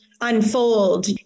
unfold